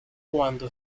cuando